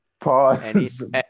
Pause